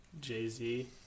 Jay-Z